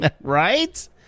right